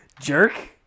Jerk